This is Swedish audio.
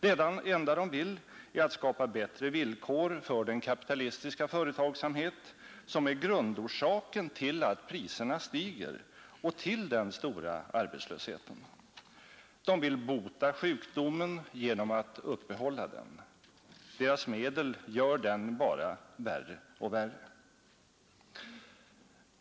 Det enda de vill är att skapa bättre villkor för den kapitalistiska företagsamhet som är grundorsaken till att priserna stiger och till den stora arbetslösheten. De vill bota sjukdomen genom att uppehålla den. Deras medel gör den bara värre och värre.